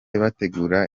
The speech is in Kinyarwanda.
bategura